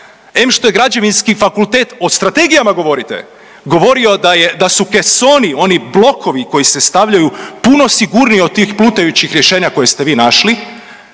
em što je Građevinski fakultet o strategijama govorite govorio da su kesoni, oni blokovi koji se stavljaju puno sigurniji od tih plutajućih rješenja koja ste vi našli.